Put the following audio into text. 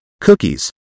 cookies